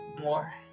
more